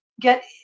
get